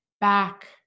back